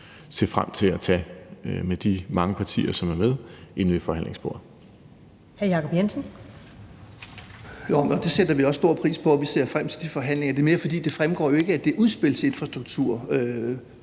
se frem til at tage med de mange partier, som er med inde ved forhandlingsbordet.